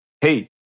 hey